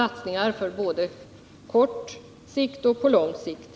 Det är satsningar på både kort och lång sikt.